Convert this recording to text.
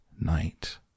night